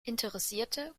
interessierte